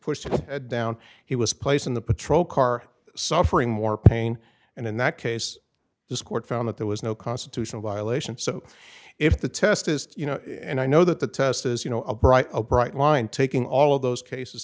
him down he was placed in the patrol car suffering more pain and in that case this court found that there was no constitutional violation so if the test is you know and i know that the test is you know a bright bright line taking all of those cases